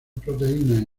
proteínas